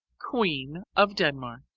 queen of denmark.